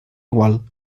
igual